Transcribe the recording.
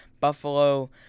Buffalo